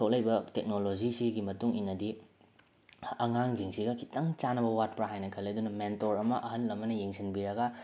ꯊꯣꯛꯂꯛꯏꯕ ꯇꯦꯛꯅꯣꯂꯣꯖꯤꯁꯤꯒꯤ ꯃꯇꯨꯡ ꯏꯟꯅꯗꯤ ꯑꯉꯥꯡꯁꯤꯡꯁꯤꯒ ꯈꯤꯇꯪ ꯆꯥꯟꯅꯕ ꯋꯥꯠꯄ꯭ꯔ ꯍꯥꯏꯅ ꯈꯜꯂꯦ ꯑꯗꯨꯅ ꯃꯦꯟꯇꯣꯔ ꯑꯃ ꯑꯍꯜ ꯑꯃꯅ ꯌꯦꯡꯁꯤꯟꯕꯤꯔꯒ